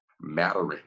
mattering